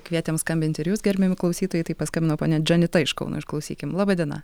kvietėm skambint ir jus gerbiami klausytojai tai paskambino ponia džanita iš kauno išklausykim laba diena